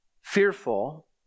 fearful